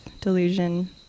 delusion